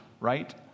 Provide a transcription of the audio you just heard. right